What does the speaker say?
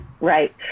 Right